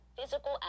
physical